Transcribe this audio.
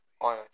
On